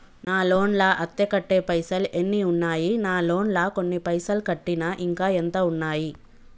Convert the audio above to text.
నా లోన్ లా అత్తే కట్టే పైసల్ ఎన్ని ఉన్నాయి నా లోన్ లా కొన్ని పైసల్ కట్టిన ఇంకా ఎంత ఉన్నాయి?